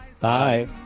Bye